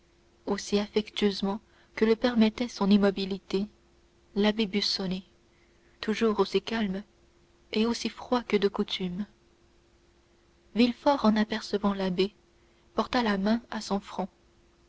aussi affectueusement que le permettait son immobilité l'abbé busoni toujours aussi calme et aussi froid que de coutume villefort en apercevant l'abbé porta la main à son front